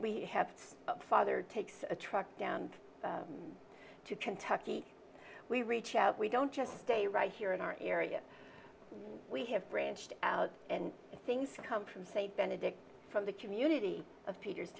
we have father takes a truck down to kentucky we reach out we don't just stay right here in our area we have branched out and things come from st benedict from the community of peters